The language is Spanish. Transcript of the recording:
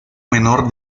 menor